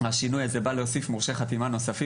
השינוי הזה בא להוסיף מורשי חתימה חדשים,